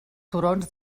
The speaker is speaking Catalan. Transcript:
turons